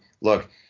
look